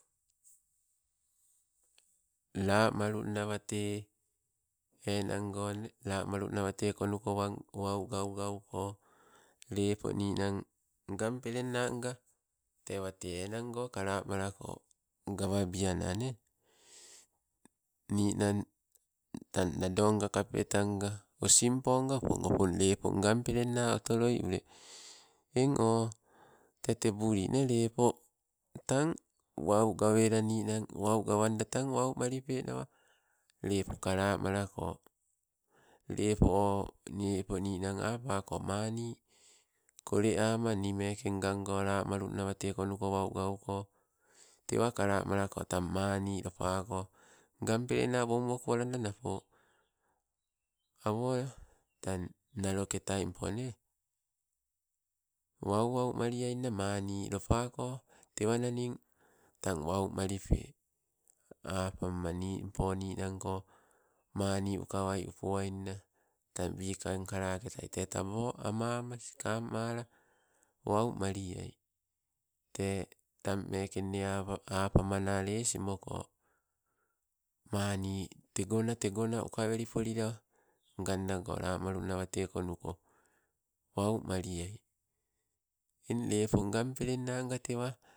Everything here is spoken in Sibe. Lamalunna wate, enan go ne, lamaluma wate konnuko wan, wau gau gauko, lepo ninang ngang peleng nanga, tee wate enango kalamalako gawabianane, ninang tang nado nga kapetan nga osimpo nga opong opon lepo ngan pelenna otoloi ule, eng o, te tebuli nee lepo tang, wau gawela ninang, wau gawanda tang wau malipenawa, lepo kalamaleko. Lepo o lepo ninang apako mani kole ama, nimeke ngango lamalunna watekonuko wau gauko tewa kalumaleko tang mani lopako, nga pelenna woku woku alanda napo awo tang awo nalo ketaimpo. Wauwau malianna mani lopako tewo naming wau malipe, apamma nimpo ninangko mani ukawai upoainna tang wikang kala ketai tee tabo amma maskang mala wau maliai tee tang meeke nne apa apamana lesimoko, mani tegona, tegona ukaweli polila nganago lamalunna wate konnuko waumaliai. Eng lepo ngan pelen nna nga tewa